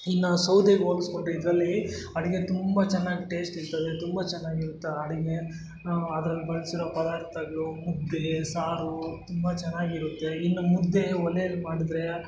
ಇನ್ನು ಸೌದೆಗೆ ಹೋಲಿಸ್ಕೊಂಡ್ರೆ ಇದರಲ್ಲಿ ಅಡುಗೆ ತುಂಬ ಚೆನ್ನಾಗ್ ಟೇಸ್ಟ್ ಇರ್ತದೆ ತುಂಬ ಚೆನ್ನಾಗಿರುತ್ತೆ ಅಡುಗೆ ಅದ್ರಲ್ಲಿ ಬಳಸಿರೊ ಪದಾರ್ಥಗಳು ಮುದ್ದೆ ಸಾರು ತುಂಬ ಚೆನ್ನಾಗಿರುತ್ತೆ ಇನ್ನು ಮುದ್ದೆ ಒಲೆಯಲ್ಲಿ ಮಾಡಿದ್ರೆ